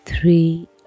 Three